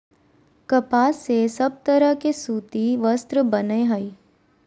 कपास से सब तरह के सूती वस्त्र बनय हय